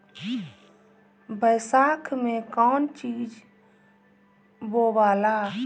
बैसाख मे कौन चीज बोवाला?